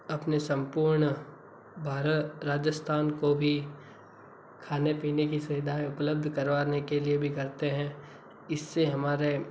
अपने सम्पूर्ण भारत राजस्थान को भी खाने पीने की सुविधाएँ उपलब्ध करवाने के लिए भी करते हैं इससे हमारे